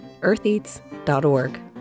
eartheats.org